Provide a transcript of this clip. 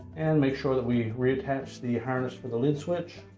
and make sure that we reattach the harness for the lid switch.